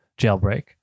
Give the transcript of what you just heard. Jailbreak